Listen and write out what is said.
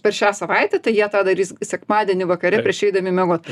per šią savaitę tai jie tą darys sekmadienį vakare prieš eidami miegot